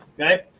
Okay